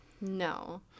No